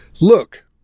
Look